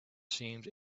seemed